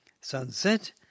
sunset